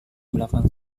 belakang